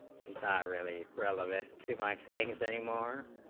she's not really relevant to my things same are